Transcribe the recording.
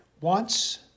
wants